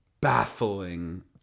baffling